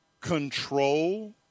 control